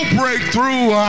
breakthrough